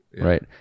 right